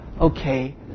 okay